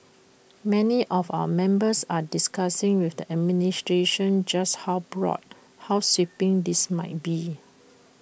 many of our members are discussing with the administration just how broad how sweeping this might be